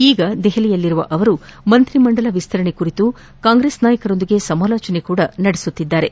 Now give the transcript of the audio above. ಈಗ ದೆಹಲಿಯಲ್ಲಿರುವ ಅವರು ಮಂತ್ರಿಮಂಡಲ ವಿಸ್ತರಣೆ ಕುರಿತು ಕಾಂಗ್ರೆಸ್ ನಾಯಕರೊಂದಿಗೆ ಸಮಾಲೋಚನೆ ಕೂಡ ನಡೆಸುತ್ತಿದ್ದಾರೆ